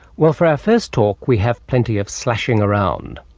well, for our first talk we have plenty of slashing around,